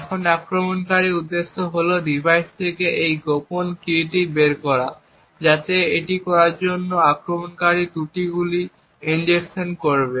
এখন আক্রমণকারীর উদ্দেশ্য হল ডিভাইস থেকে এই গোপন কীটি বের করা যাতে এটি করার জন্য আক্রমণকারী ত্রুটিগুলি ইনজেকশন করবে